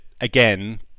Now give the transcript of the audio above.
again